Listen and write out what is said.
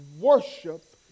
Worship